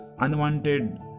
unwanted